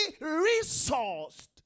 resourced